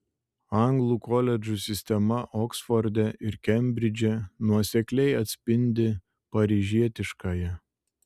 anglų koledžų sistema oksforde ir kembridže nuosekliai atspindi paryžietiškąją